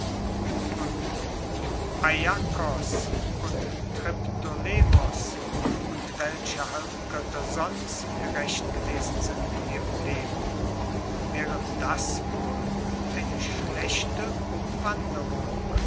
und aiakos und triptolemos und welche halbgötter sonst gerecht gewesen sind in ihrem leben wäre das wohl eine schlechte umwanderung